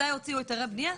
מתי הוציאו היתרי בנייה,